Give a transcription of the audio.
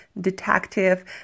detective